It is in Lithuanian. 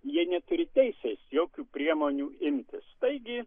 jie neturi teisės jokių priemonių imtis taigi